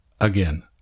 again